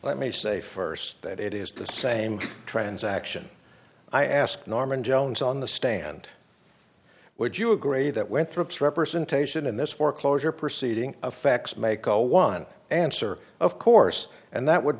let me say first that it is the same transaction i asked norman jones on the stand would you agree that went through ups representation in this foreclosure proceeding affects maaco one answer of course and that would